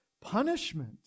punishment